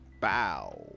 bow